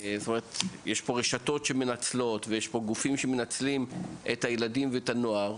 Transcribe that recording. יש פה רשתות שמנצלות ויש פה גופים שמנצלים את הילדים ואת הנוער.